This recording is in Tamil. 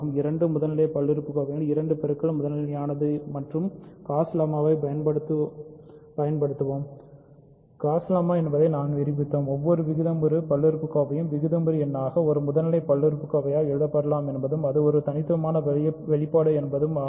இரண்டு முதல்நிலை பல்லுறுப்புக்கோவைகளின் இரண்டு பெருக்கல் முதல்நிலையானது என்றும் காஸ் லெம்மாவைப் பயன்படுத்துவதாகவும் கூறும் காஸ் லெம்மா என்பதை நாம் நிரூபித்தோம் ஒவ்வொரு விகிதமுறு ப் பல்லுறுப்புக்கோவையும் விகிதமுறு எண்ணாக ஒரு முதல்நிலை பல்லுறுப்புக்கோவையாக எழுதப்படலாம் என்பதும் அது ஒரு தனித்துவமான வெளிப்பாடு என்பதும் ஆகும்